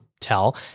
tell